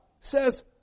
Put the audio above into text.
says